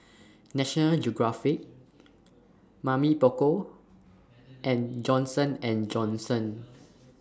National Geographic Mamy Poko and Johnson and Johnson